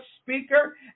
speaker